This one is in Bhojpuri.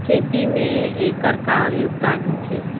खेती में एकर का योगदान होखे?